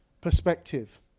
Perspective